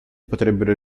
potrebbero